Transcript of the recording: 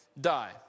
die